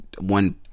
one